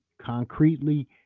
concretely